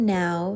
now